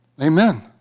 Amen